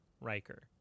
Riker